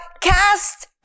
Cast